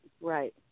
right